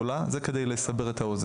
ואנחנו נשתדל לעשות את הדברים האלה